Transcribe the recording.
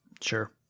Sure